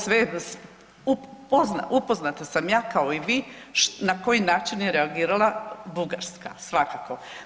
Sve ovo upoznata sam ja kao i vi na koji način je reagirala Bugarska, svakako.